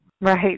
Right